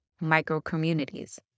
micro-communities